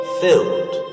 filled